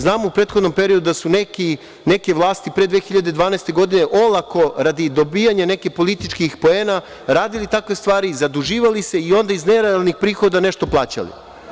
Znamo u prethodnom periodu da su neke vlasti pre 2012. godine olako, radi dobijanja nekih političkih poena, radile takve stvari, zaduživali se i onda iz nerealnih prihoda nešto plaćali.